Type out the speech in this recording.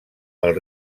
pel